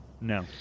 No